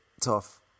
tough